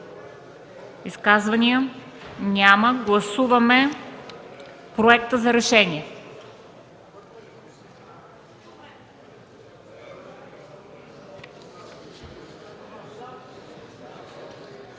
Изказвания? Няма. Гласуваме проекта за решение.